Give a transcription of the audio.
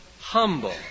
Humble